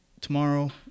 tomorrow